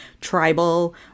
tribal